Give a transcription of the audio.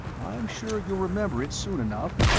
i'm sure you'll remember it soon enough.